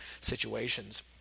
situations